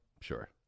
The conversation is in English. Sure